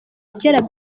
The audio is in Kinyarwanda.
kera